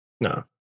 No